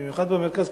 במיוחד במרכז,